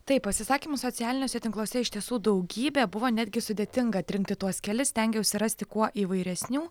taip pasisakymų socialiniuose tinkluose iš tiesų daugybė buvo netgi sudėtinga atrinkti tuos kelis stengiausi rasti kuo įvairesnių